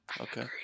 Okay